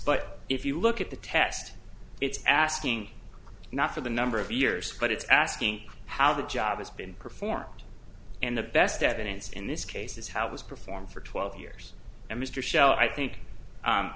but if you look at the test it's asking not for the number of years but it's asking how the job has been performed and the best evidence in this case is how it was performed for twelve years and mr shell i think